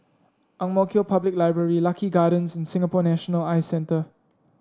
Ang Mo Kio Public Library Lucky Gardens and Singapore National Eye Centre